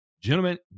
Gentlemen